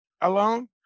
alone